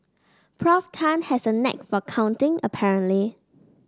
Prof Tan has a knack for counting apparently